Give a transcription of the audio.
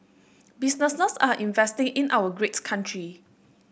businesses are investing in our great country